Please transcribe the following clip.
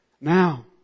now